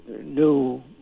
new